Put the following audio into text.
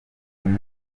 rimwe